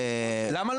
תודה, תודה.